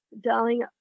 darling